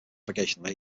navigational